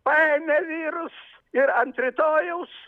paėmė vyrus ir ant rytojaus